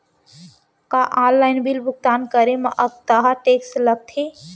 का online bill भुगतान करे मा अक्तहा टेक्स लगथे?